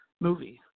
movie